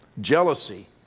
Jealousy